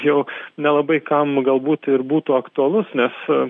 jau nelabai kam galbūt ir būtų aktualus nes